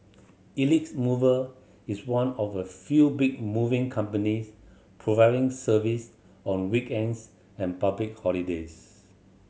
Elite Mover is one of a few big moving companies providing service on weekends and public holidays